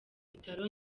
bitaro